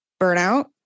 burnout